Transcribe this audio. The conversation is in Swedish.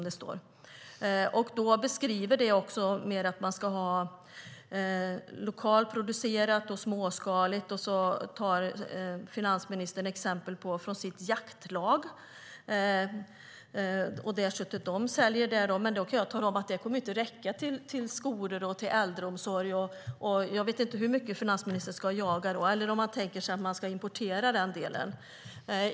Där beskrivs också att det ska vara lokalproducerat och småskaligt, och finansministern tar exempel från sitt jaktlag och det kött de säljer. Men då kan jag tala om att det inte kommer att räcka till skolor och äldreomsorg. Jag vet inte hur mycket finansministern ska jaga, men man kanske tänker sig att en del ska importeras.